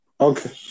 Okay